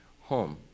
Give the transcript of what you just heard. home